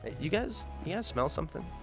you guys, you guys smell something?